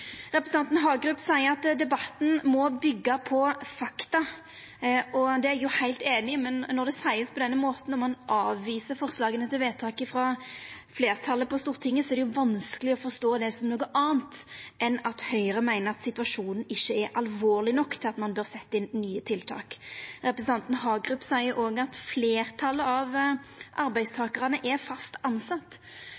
Representanten Hagerup seier at debatten må byggja på fakta. Det er eg heilt einig i, men når det vert sagt på denne måten og ein avviser forslaga til vedtak frå fleirtalet på Stortinget, er det vanskeleg å forstå det som noko anna enn at Høgre meiner at situasjonen ikkje er alvorleg nok til at ein bør setja inn nye tiltak. Representanten Hagerup seier òg at fleirtalet av